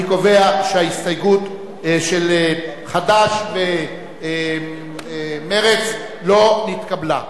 אני קובע שההסתייגות של חד"ש ומרצ לא נתקבלה.